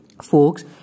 folks